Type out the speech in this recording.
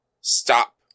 stop